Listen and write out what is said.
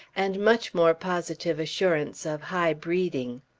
and much more positive assurance of high breeding.